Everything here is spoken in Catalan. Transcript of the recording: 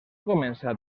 començat